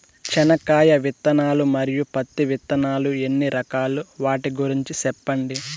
చెనక్కాయ విత్తనాలు, మరియు పత్తి విత్తనాలు ఎన్ని రకాలు వాటి గురించి సెప్పండి?